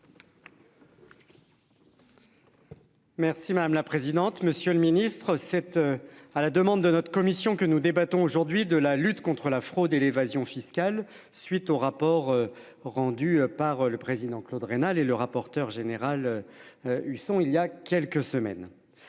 Merci madame la présidente. Monsieur le Ministre cette à la demande de notre commission que nous débattons aujourd'hui de la lutte contre la fraude et l'évasion fiscale. Suite au rapport rendu par le président Claude rénal et le rapporteur général. Husson. Il y a quelques semaines.